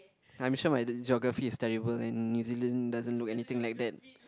I'm sure my Geography is terrible and New Zealand doesn't look anything like that